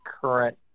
current